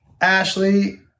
Ashley